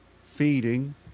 feeding